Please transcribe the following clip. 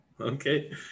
Okay